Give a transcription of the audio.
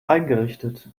eingerichtet